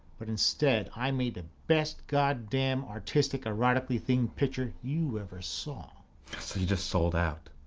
but instead i made the best goddamn artistic erotically-themed picture you ever saw. so you just sold out.